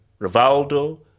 Rivaldo